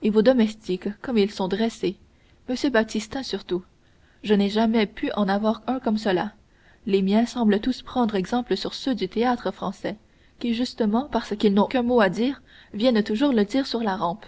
et vos domestiques comme ils sont dressés m baptistin surtout je n'ai jamais pu en avoir un comme cela les miens semblent tous prendre exemple sur ceux du théâtre-français qui justement parce qu'ils n'ont qu'un mot à dire viennent toujours le dire sur la rampe